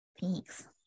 Thanks